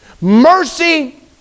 Mercy